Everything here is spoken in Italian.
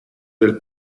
del